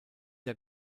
der